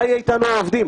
מה יהיה אתנו העובדים?